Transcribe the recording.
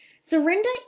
Surrender